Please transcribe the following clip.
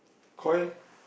Koi